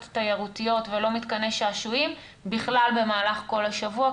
תיירותיות ולא מתקני שעשועים בכלל במהלך כל השבוע,